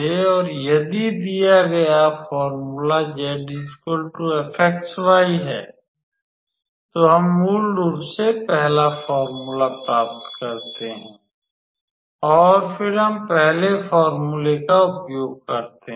और यदि दिया गया फॉर्मूला 𝑧 𝑓𝑥𝑦 है तो हम मूल रूप से पहला फॉर्मूला प्राप्त करते हैं और फिर हम पहले फॉर्मूले का उपयोग करते हैं